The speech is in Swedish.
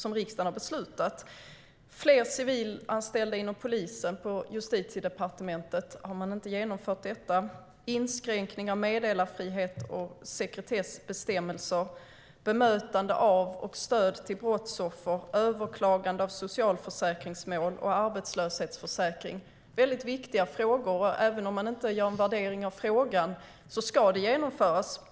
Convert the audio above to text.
På Justitiedepartementet har man inte genomfört frågor som rör fler civilanställda inom polisen, inskränkning av meddelarfrihet och sekretessbestämmelser, bemötande av och stöd till brottsoffer samt överklagande i socialförsäkringsmål och arbetslöshetsförsäkring. Det är viktiga frågor, men även om vi inte gör en värdering av frågorna ska de genomföras.